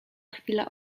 chwila